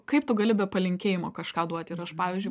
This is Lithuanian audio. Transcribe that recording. kaip tu gali be palinkėjimo kažką duoti ir aš pavyzdžiui